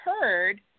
heard